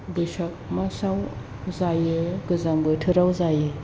बैसाग मासाव जायो गोजां बोथोराव जायो